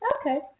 Okay